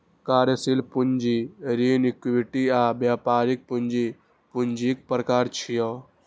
कार्यशील पूंजी, ऋण, इक्विटी आ व्यापारिक पूंजी पूंजीक प्रकार छियै